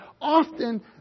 often